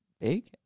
big